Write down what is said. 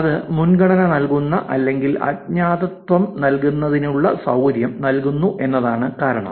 അത് മുൻഗണന നൽകുന്ന അല്ലെങ്കിൽ അജ്ഞാതത്വം നൽകുന്നതിനുള്ള സൌകര്യം നൽകുന്നു എന്നതാണ് കാരണം